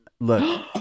Look